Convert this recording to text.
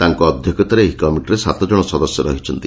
ତାଙ୍କ ଅଧ୍ଧକ୍ଷତାରେ ଏହି କମିଟିରେ ସାତ ଜଣ ସଦସ୍ୟ ରହିଛନ୍ତି